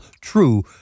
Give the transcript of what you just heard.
true